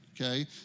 okay